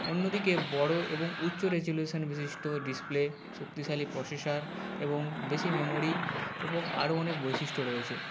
অন্য দিকে বড়ো এবং উচ্চ রেজোলিউশন বিশিষ্ট ডিসপ্লে শক্তিশালী প্রসেসার এবং বেশি মেমোরি এবং আরও অনেক বৈশিষ্ট্য রয়েছে